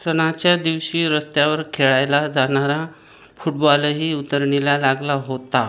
सणाच्या दिवशी रस्त्यावर खेळायला जाणारा फुटबॉलही उतरणीला लागला होता